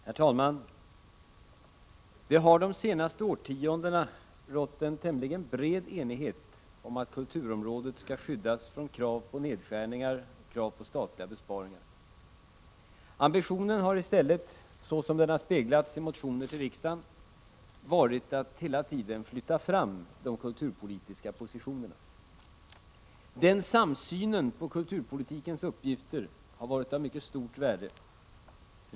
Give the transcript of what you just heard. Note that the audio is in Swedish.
Herr talman! Det har de senaste årtiondena rått en tämligen bred enighet om att kulturområdet skall skyddas från krav på nedskärningar och krav på statliga besparingar. Ambitionen har i stället — så som den har avspeglats i motioner till riksdagen — varit att hela tiden flytta fram de kulturpolitiska positionerna. Den samsynen på kulturpolitikens uppgifter har varit av mycket stort värde.